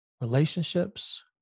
relationships